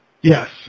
Yes